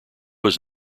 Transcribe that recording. was